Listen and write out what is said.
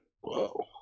whoa